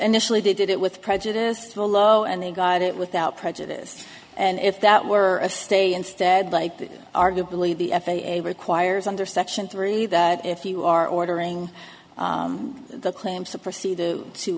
initially they did it with prejudice follow and they got it without prejudice and if that were stay instead like arguably the f a a requires under section three that if you are ordering the claims to proceed to